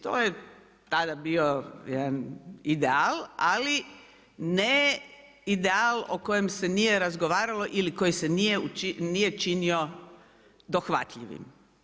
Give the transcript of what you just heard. To je tada bio jedan ideal, ali ne ideal o kojem se nije razgovaralo ili koji se nije činio dohvatljivim.